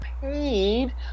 paid